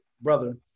brother